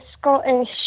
Scottish